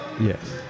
Yes